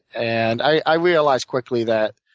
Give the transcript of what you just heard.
and i realized quickly that